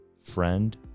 friend